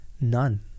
none